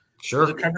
sure